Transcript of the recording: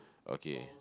okay